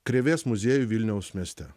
krėvės muziejų vilniaus mieste